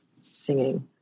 singing